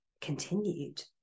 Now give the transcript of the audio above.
continued